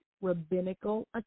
Rabbinical